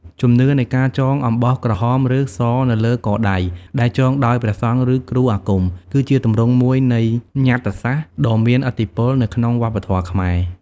ជំនឿនៃការចងខ្សែអំបោះក្រហម ឬស នៅលើកដៃ ដែលចងដោយព្រះសង្ឃ ឬគ្រូអាគម គឺជាទម្រង់មួយនៃ ញ្ញត្តិសាស្ត្រ ដ៏មានឥទ្ធិពល នៅក្នុងវប្បធម៌ខ្មែរ។